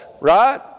right